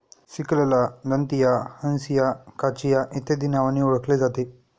सिकलला दंतिया, हंसिया, काचिया इत्यादी नावांनी ओळखले जाते